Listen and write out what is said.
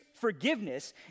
forgiveness